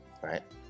right